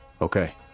Okay